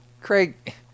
Craig